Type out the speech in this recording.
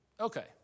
Okay